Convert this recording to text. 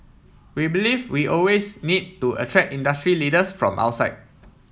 we believe we always need to attract industry leaders from outside